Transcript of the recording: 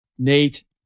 Nate